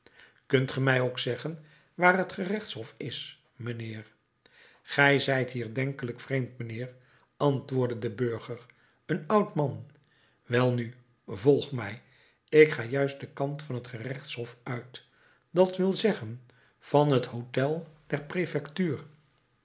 kunt ge mij ook zeggen waar t gerechtshof is mijnheer gij zijt hier denkelijk vreemd mijnheer antwoordde do burger een oud man welnu volg mij ik ga juist den kant van t gerechtshof uit dat wil zeggen van het hôtel der